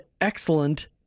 excellent